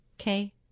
okay